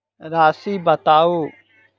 राशि बताउ